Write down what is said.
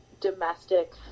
domestic